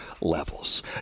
levels